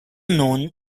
known